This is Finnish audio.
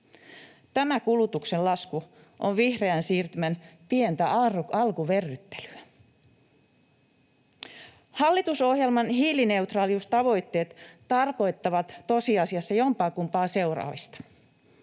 Tämä kulutuksen lasku on vihreän siirtymän pientä alkuverryttelyä. Hallitusohjelman hiilineutraaliustavoitteet tarkoittavat tosiasiassa jompaakumpaa seuraavista: